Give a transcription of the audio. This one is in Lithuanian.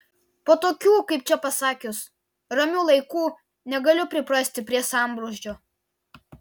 po tokių kaip čia pasakius ramių laikų negaliu priprasti prie sambrūzdžio